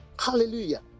Hallelujah